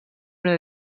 una